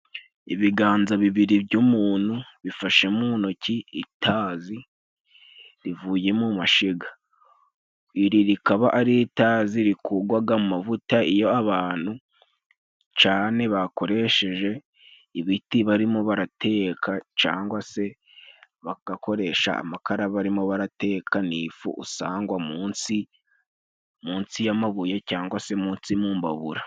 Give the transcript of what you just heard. Ibiganza bibiri by'umuntu bifashe mu ntoki itazi rivuye mu mashiga. Iri rikaba ari itazi rikugwaga mu mavuta iyo abantu cane bakoresheje ibiti barimo barateka cangwa se bagakoresha amakara barimo barateka . Ni ifu usangwa munsi, munsi y'amabuye cyangwa se munsi mu mbabura.